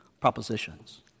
propositions